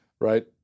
Right